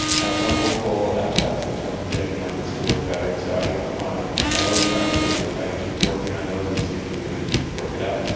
have some hopeful aspects in terms of getting markets to work better. and so i want to. my own preference is to try to keep working on those and see if we can work it out.